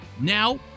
Now